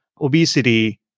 obesity